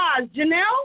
Janelle